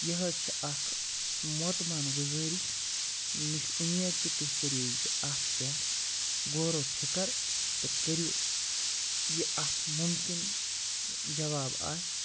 یہِ حظ چھِ اَکھ مودبانہٕ گُزٲرِش مےٚ چھُ اُمید کہِ تُہۍ کٔرِو زِ اَتھ پٮ۪ٹھ غوروفِکٕر تہٕ کٔرِو یہِ اَتھ مُمکِن جواب آسہِ